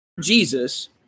Jesus